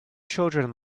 children